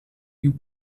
you